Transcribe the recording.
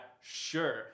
sure